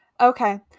Okay